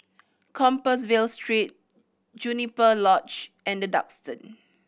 Compassvale Street Juniper Lodge and The Duxton